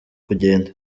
kugenda